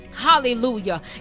Hallelujah